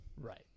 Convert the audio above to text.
Right